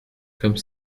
comme